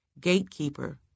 gatekeeper